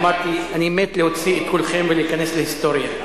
אמרתי: אני מת להוציא את כולכם ולהיכנס להיסטוריה,